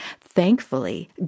Thankfully